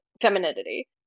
femininity